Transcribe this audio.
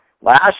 Last